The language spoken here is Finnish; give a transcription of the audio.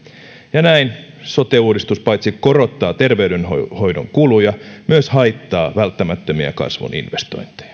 ja näin sote uudistus paitsi korottaa terveydenhoidon kuluja myös haittaa välttämättömiä kasvun investointeja